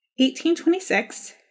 1826